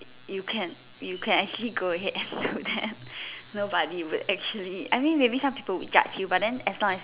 you can you can actually go ahead and do that nobody will actually I mean maybe some people would judge you but then as long as